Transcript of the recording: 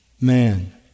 man